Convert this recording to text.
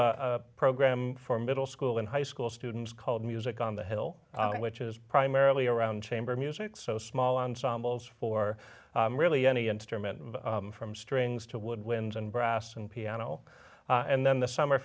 a program for middle school and high school students called music on the hill which is primarily around chamber music so small ensembles for really any instrument from strings to woodwinds and brass and piano and then the summer